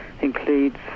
includes